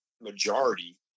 majority